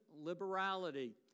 liberality